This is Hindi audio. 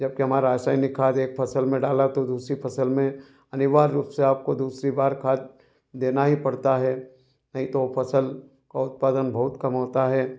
जबकि हमारा रासायनिक खाद एक फसल में डाला तो दूसरी फसल में अनिवार्य रूप से आपको दूसरी बार खाद देना ही पड़ता है नहीं तो फसल का उत्पादन बहुत कम होता हे